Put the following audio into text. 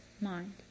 mind